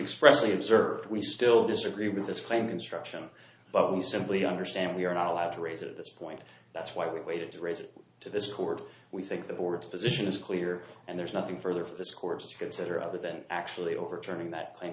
expressing observed we still disagree with this claim construction but we simply understand we are not allowed to raise it at this point that's why we waited to raise it to this court we think the board's position is clear and there's nothing further for this court to consider other than actually overturning that claim